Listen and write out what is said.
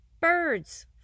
birds